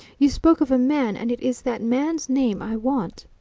you spoke of a man and it is that man's name i want.